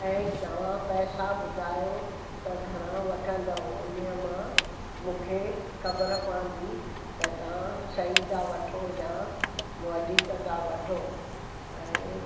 ऐं तव्हां पैसा ॿुधायो त घणा वठंदव उन जी मां मूंखे ख़बर पवंदी त तव्हां सही था वठो या वधीक था वठो ऐं